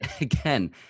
again